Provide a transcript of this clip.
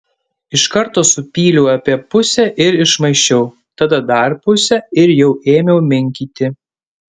iš karto supyliau apie pusę ir išmaišiau tada dar pusę ir jau ėmiau minkyti